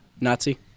Nazi